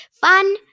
Fun